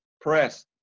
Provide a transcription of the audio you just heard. press